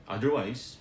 Otherwise